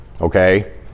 Okay